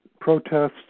protests